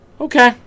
okay